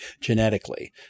genetically